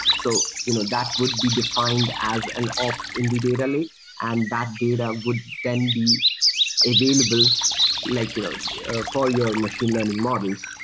so you know that would be defined as an op in the data lake and that data would then be available you know for your machine learning models.